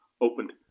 opened